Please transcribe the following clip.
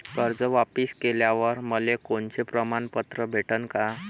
कर्ज वापिस केल्यावर मले कोनचे प्रमाणपत्र भेटन का?